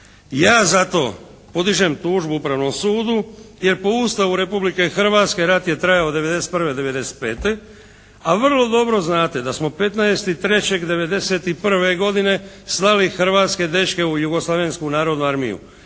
Ja zato podižem tužbu Upravnom sudu jer po Ustavu Republike Hrvatske rat je trajao od '91. do '95., a vrlo dobro znate da smo 15.3.'91. godine slali hrvatske dečke u Jugoslavensku narodnu armiju.